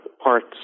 parts